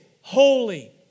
holy